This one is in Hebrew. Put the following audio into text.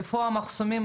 איפה המחסומים,